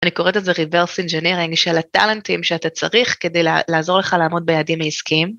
אני קוראת את זה reverse engineering של הטלנטים שאתה צריך כדי לעזור לך לעמוד ביעדים העסקיים.